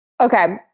Okay